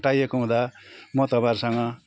हटाइएको हुँदा म तपाईँहरूसँग